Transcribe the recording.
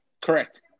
correct